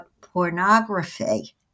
pornography